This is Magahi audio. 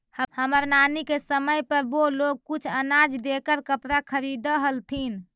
हमर नानी के समय पर वो लोग कुछ अनाज देकर कपड़ा खरीदअ हलथिन